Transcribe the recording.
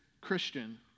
Christian